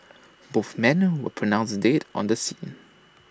both men were pronounced dead on the scene